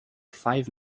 five